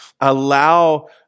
allow